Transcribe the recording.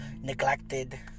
neglected